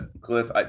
Cliff